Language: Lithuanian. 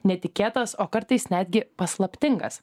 netikėtas o kartais netgi paslaptingas